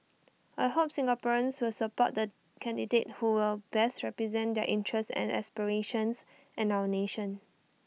I hope Singaporeans will support the candidate who will best represent their interests and aspirations and our nation